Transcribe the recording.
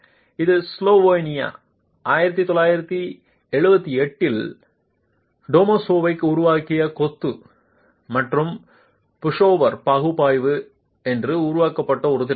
இது ஸ்லோவேனியா 1978 இல் டோமாசெவிக் உருவாக்கிய கொத்து பற்றிய புஷோவர் பகுப்பாய்வு என்று உருவாக்கப்பட்ட ஒரு திட்டமாகும்